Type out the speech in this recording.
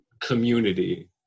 community